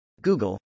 Google